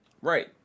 Right